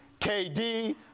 KD